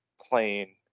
playing